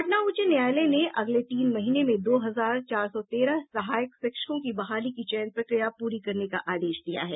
पटना उच्च न्यायालय ने अगले तीन महीने में दो हजार चार सौ तेरह सहायक शिक्षकों की बहाली की चयन प्रक्रिया पूरी करने का आदेश दिया है